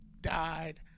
died